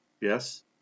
Yes